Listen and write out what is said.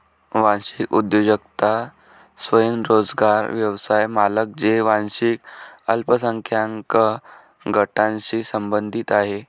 वांशिक उद्योजकता स्वयंरोजगार व्यवसाय मालक जे वांशिक अल्पसंख्याक गटांशी संबंधित आहेत